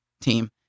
team